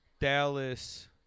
dallas